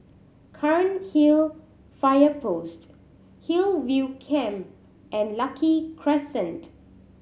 Cairnhill Fire Post Hillview Camp and Lucky Crescent